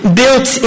built